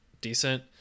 decent